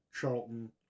Charlton